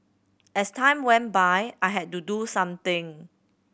as time went by I had to do something